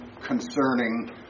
concerning